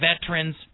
Veterans